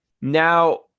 now